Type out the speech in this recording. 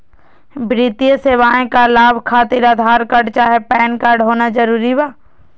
वित्तीय सेवाएं का लाभ खातिर आधार कार्ड चाहे पैन कार्ड होना जरूरी बा?